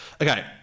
okay